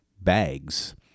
bags